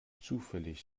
zufällig